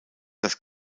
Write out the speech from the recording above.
das